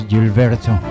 Gilberto